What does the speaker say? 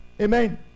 Amen